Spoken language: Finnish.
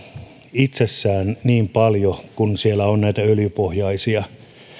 itsessään niin paljon kun siellä on näitä öljypohjaisia